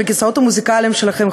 של הכיסאות המוזיקליים שלכם,